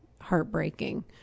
heartbreaking